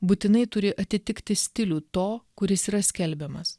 būtinai turi atitikti stilių to kuris yra skelbiamas